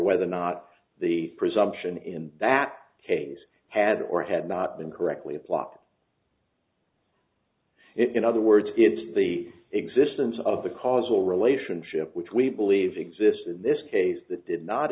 whether or not the presumption in that case had or had not been correctly plot in other words it's the existence of the causal relationship which we believe exists in this case that did not